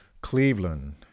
Cleveland